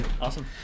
Awesome